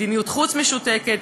מדיניות חוץ משותקת.